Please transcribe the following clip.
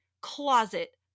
closet